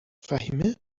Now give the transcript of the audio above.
فهیمه